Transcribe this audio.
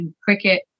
cricket